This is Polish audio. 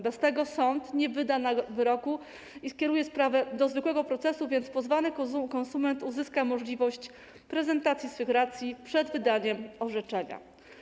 Bez tego sąd nie wyda wyroku i skieruje sprawę do zwykłego procesu, więc pozwany konsument uzyska możliwość prezentacji swych racji przed wydaniem orzeczenia.